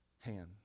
hand